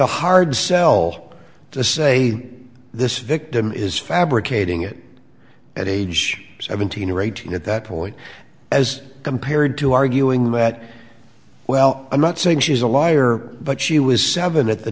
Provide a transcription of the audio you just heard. a hard sell to say this victim is fabricating it at age seventeen or eighteen at that point as compared to arguing that well i'm not saying she's a liar but she was seven at the